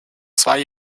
zwei